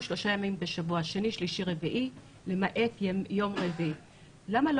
אני סמוכה ובטוחה שחיים יעשה רבות למען האוכלוסיות המוחלשות.